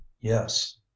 yes